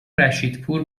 رشیدپور